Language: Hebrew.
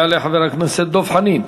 יעלה חבר הכנסת דב חנין,